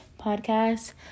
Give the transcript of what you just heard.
podcast